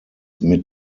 mit